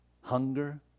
hunger